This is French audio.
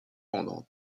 pendant